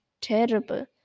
Terrible